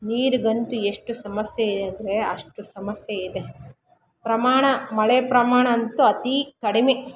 ನೀರಿಗಂತು ಎಷ್ಟು ಸಮಸ್ಯೆ ಇದೆ ಅಂದರೆ ಅಷ್ಟು ಸಮಸ್ಯೆ ಇದೆ ಪ್ರಮಾಣ ಮಳೆ ಪ್ರಮಾಣ ಅಂತೂ ಅತಿ ಕಡಿಮೆ